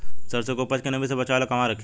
सरसों के उपज के नमी से बचावे ला कहवा रखी?